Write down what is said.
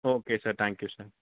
okay sir thank you sir